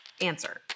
Answer